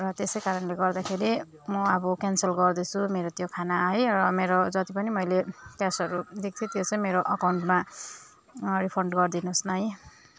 र त्यसै कारणले गर्दाखेरि म अब क्यान्सल गर्दैछु मेरो त्यो खाना है र मेरो जति पनि मैले क्यासहरू दिएको थिएँ त्यो चाहिँ मेरो अकाउन्टमा रिफन्ड गरिदिनुहोस् न है